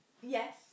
Yes